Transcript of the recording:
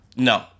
No